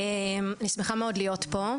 אני שמחה מאוד להיות פה,